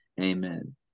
Amen